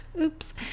Oops